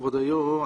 כבוד היו"ר,